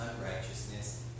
unrighteousness